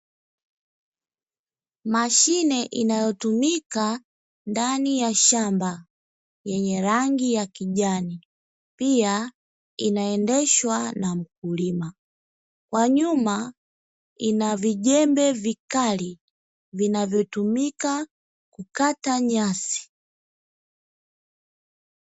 Mashine inayotumika ndani ya shamba, yenye rangi ya kijani, pia inaendeshwa na mkulima, kwa nyuma inavijembe vikali vinavyotumika kukata nyasi.